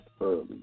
early